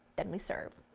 then we serve.